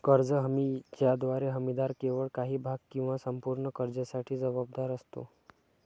कर्ज हमी ज्याद्वारे हमीदार केवळ काही भाग किंवा संपूर्ण कर्जासाठी जबाबदार असतो